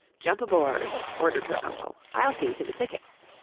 jump aboard, ordered her uncle, i'll see to the tickets.